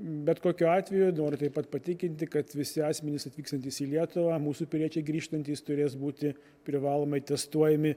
bet kokiu atveju noriu taip pat patikinti kad visi asmenys atvykstantys į lietuvą mūsų piliečiai grįžtantys turės būti privalomai testuojami